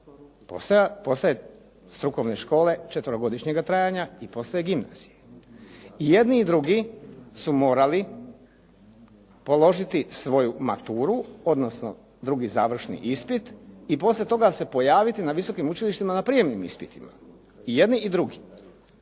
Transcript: postoje strukovne škole četverogodišnjega trajanja i postoje gimnazije. I jedni i drugi su morali položiti svoju maturu odnosno drugi završni ispit i poslije toga se pojaviti na visokim učilištima na prijemnim ispitima. I jedni i drugi.